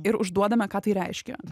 ir užduodame ką tai reiškia